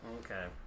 okay